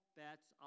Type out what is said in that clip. bets